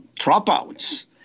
dropouts